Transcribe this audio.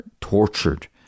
tortured